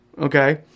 Okay